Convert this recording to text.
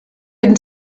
been